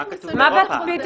אתם עושים בצרפת?